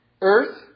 earth